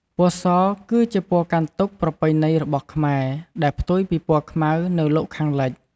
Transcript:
ពណ៌ស គឺជាពណ៌កាន់ទុក្ខប្រពៃណីរបស់ខ្មែរ ដែលផ្ទុយពីពណ៌ខ្មៅនៅលោកខាងលិច។